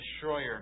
Destroyer